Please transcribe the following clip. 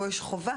פה יש חובה